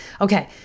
okay